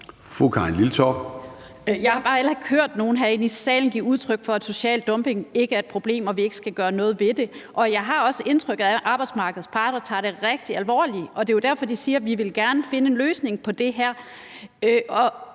Jeg har bare heller ikke hørt nogen herinde i salen give udtryk for, at social dumping ikke er et problem, og at vi ikke skal gøre noget ved det. Jeg har også indtryk af, at arbejdsmarkedets parter tager det rigtig alvorligt. Det er jo derfor, de siger, at de gerne vil finde en løsning på det her.